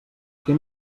què